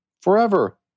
forever